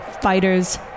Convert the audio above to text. fighters